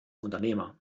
unternehmer